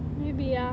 maybe ah